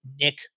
Nick